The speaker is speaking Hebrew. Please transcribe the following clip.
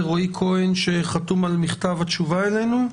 ורועי כהן שחתום על מכתב התשובה אלינו.